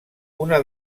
una